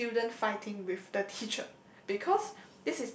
the student fighting with the teacher because